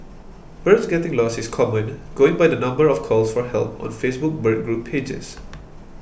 birds getting lost is common going by the number of calls for help on Facebook bird group pages